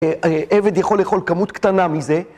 עבד יכול לאכול כמות קטנה מזה.